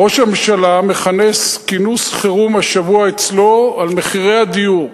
ראש הממשלה מכנס השבוע אצלו כינוס חירום על מחירי הדיור.